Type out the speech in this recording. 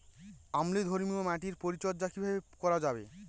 অম্লধর্মীয় মাটির পরিচর্যা কিভাবে করা যাবে?